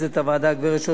הגברת שוש אזולאי,